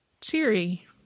Cheery